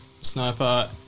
sniper